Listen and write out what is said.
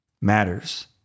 matters